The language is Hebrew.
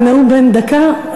זה נאום בן דקה,